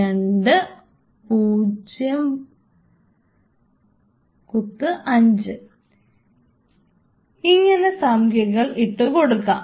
5 ഇങ്ങനെ സംഖ്യകൾ ഇട്ടുകൊടുക്കാം